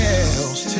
else